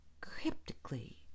cryptically